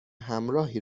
همراهی